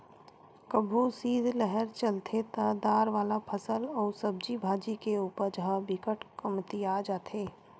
कभू सीतलहर चलथे त दार वाला फसल अउ सब्जी भाजी के उपज ह बिकट कमतिया जाथे